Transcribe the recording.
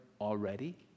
already